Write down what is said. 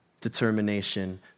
determination